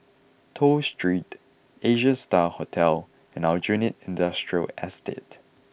Toh Street Asia Star Hotel and Aljunied Industrial Estate